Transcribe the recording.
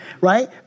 right